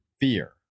fear